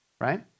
right